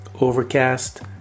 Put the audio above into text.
Overcast